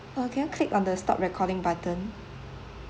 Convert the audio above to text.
uh can I click on the stop recording button